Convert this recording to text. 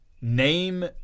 Name